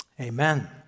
Amen